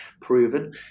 proven